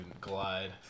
glide